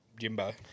Jimbo